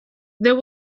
there